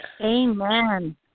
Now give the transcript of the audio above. Amen